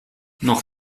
noch